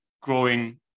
growing